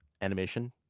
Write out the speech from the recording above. animation